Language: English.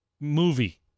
movie